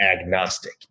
agnostic